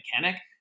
mechanic